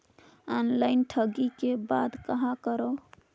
Online ठगी के बाद कहां करों?